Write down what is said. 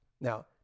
Now